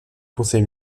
conseil